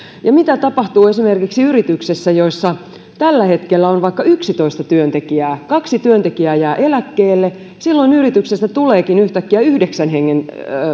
ja mitä tapahtuu esimerkiksi yrityksissä joissa tällä hetkellä on vaikka yksitoista työntekijää ja kaksi työntekijää jää eläkkeelle silloin yrityksestä tuleekin yhtäkkiä yhdeksän hengen